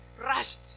rushed